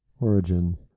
origin